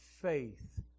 faith